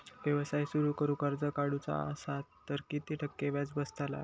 व्यवसाय सुरु करूक कर्ज काढूचा असा तर किती टक्के व्याज बसतला?